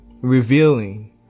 revealing